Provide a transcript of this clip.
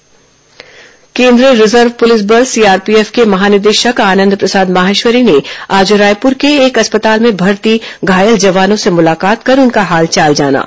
CRPF DG घायल जवान मुलाकात केंद्रीय रिजर्व पुलिस बल सीआरपीएफ के महानिदेशक आनंद प्रसाद माहेश्वरी ने आज रायपुर के एक अस्पताल में भर्ती घायल जवानों से मुलाकात कर उनका हालचाल जाना